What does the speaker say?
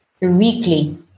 weekly